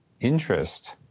interest